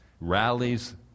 Rallies